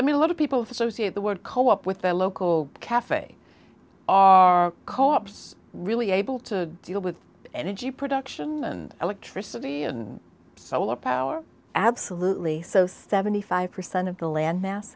i mean a lot of people associate the word co op with their local caf are co ops really able to deal with energy production electricity and solar power absolutely so seventy five percent of the land mass